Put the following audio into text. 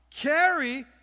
Carry